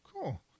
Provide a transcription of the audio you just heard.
cool